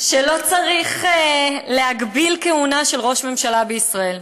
שלא צריך להגביל כהונה של ראש ממשלה בישראל.